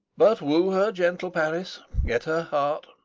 but woo her, gentle paris, get her heart,